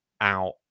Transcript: out